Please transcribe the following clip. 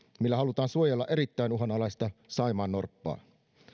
millä halutaan suojella erittäin uhanalaista saimaannorppaa